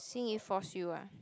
Xin-Yi force you ah